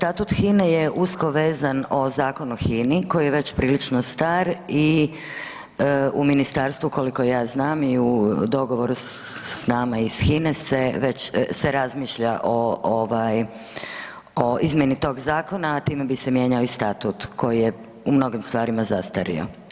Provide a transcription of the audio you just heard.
Dakle statut HINA-e je usko vezan o Zakon o HINA-i koji je već prilično star i u ministarstvu koliko ja znam i u dogovoru s nama iz HINA-e se razmišlja o izmjeni tog zakona, a time bi se mijenjao i statut koji je u mnogim stvarima zastario.